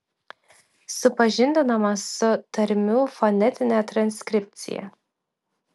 supažindinama su tarmių fonetine transkripcija